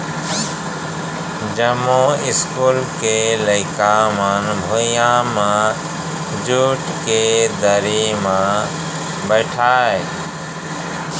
जमो इस्कूल के लइका मन भुइयां म जूट के दरी म बइठय